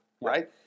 right